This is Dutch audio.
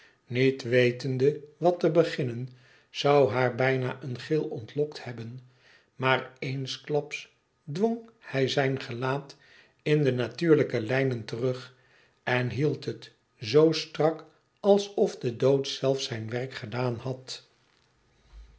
niet wetende wat te beginnen zou haar bijna een gil ontlokt hebben maar eensklaps dwong hij zijn gelaat in de natuurlijke lijnen terug en hield hetizoo strak alsof de dood zelf zijn werk gedaan had